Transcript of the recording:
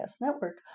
Network